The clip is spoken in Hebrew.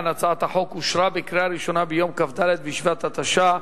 אושרה בקריאה ראשונה ביום כ"ד בשבט התש"ע,